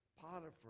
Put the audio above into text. Potiphar